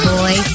Boy